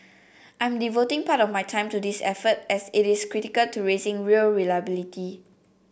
I'm devoting part of my time to this effort as it is critical to raising rail reliability